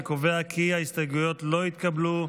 אני קובע כי ההסתייגויות לא התקבלו.